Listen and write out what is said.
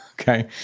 okay